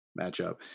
matchup